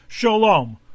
Shalom